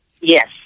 Yes